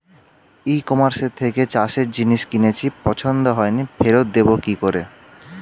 ই কমার্সের থেকে চাষের জিনিস কিনেছি পছন্দ হয়নি ফেরত দেব কী করে?